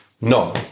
No